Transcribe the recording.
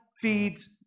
feeds